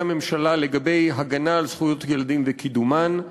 הממשלה לגבי הגנה על זכויות ילדים וקידומן.